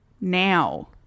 now